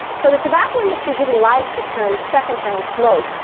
so the tobacco industry didn't like the term second-hand smoke,